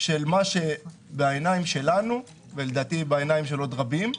של מה שבעיניים שלנו, ולדעתי בעיניים של עוד רבים,